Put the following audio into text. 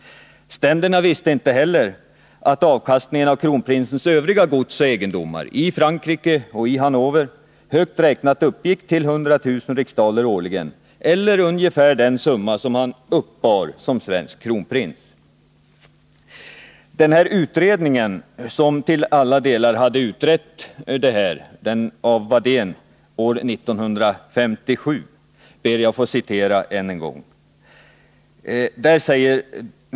Ständerna visste inte heller att avkastningen av kronprinsens övriga gods och egendomar i Frankrike och i Hannover högt räknat uppgick till 100 000 riksdaler årligen, eller ungefär den summa som han uppbar som svensk kronprins. Ur den utredning av dr Wadén av år 1957, som till alla delar utredde detta ärende, ber jag än en gång att få ta ett citat.